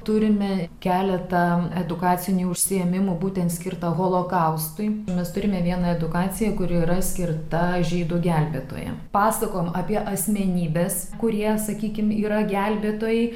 turime keletą edukacinių užsiėmimų būtent skirtą holokaustui mes turime vieną edukaciją kuri yra skirta žydų gelbėtojams pasakojam apie asmenybes kurie sakykim yra gelbėtojai